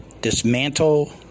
dismantle